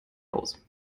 aus